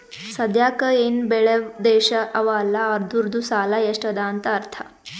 ಸದ್ಯಾಕ್ ಎನ್ ಬೇಳ್ಯವ್ ದೇಶ್ ಅವಾ ಅಲ್ಲ ಅದೂರ್ದು ಸಾಲಾ ಎಷ್ಟ ಅದಾ ಅಂತ್ ಅರ್ಥಾ